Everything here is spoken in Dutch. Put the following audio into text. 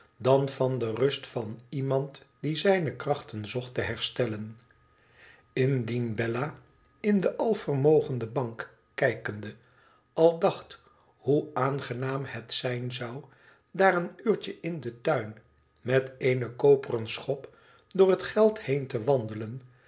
dan van de rust van iemand die zijne krachten zocht te her stellen indien bella in de alvermogende bank kijkende al dacht hoe aangenaam het zijn zou daar een uurtje in den tuin met eene koperen schop door het geld heen te wandelen